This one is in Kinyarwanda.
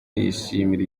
yishimira